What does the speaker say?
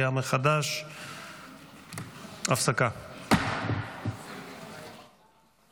התשפ"ד 2024, התקבלה בקריאה